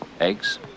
eggs